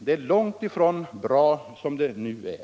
Det är långt ifrån bra som det nu är.